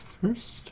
first